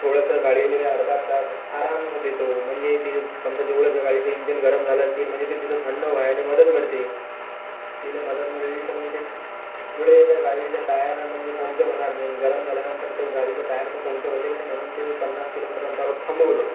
थोडसं गाडीला अर्धा तास आराम देतो म्हणजे ते समजा जेवढं ज्या गाडीचं इंजन गरम झालं असेल म्हणजे ते तिथं थंड व्हायला मदत मिळते तिला मदत मिळाली तर म्हणजे ते पुढे त्या गाडीचं टायर म्हणजे पोंक्चर होणार नाही गरम झाल्यानंतर ते गाडीचं टायर पोंक्चर होते क नाही म्हणून ते पन्नास किलोमीटर अंतरावर थांबवलं